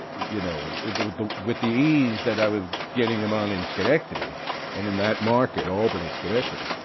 you know with the with the ease that i was getting them on in schenectady and in that market, albany, schenectady